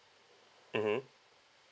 mmhmm